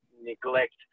neglect